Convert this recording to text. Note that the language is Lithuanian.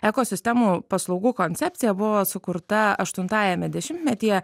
ekosistemų paslaugų koncepcija buvo sukurta aštuntajame dešimtmetyje